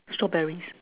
strawberries